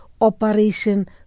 Operation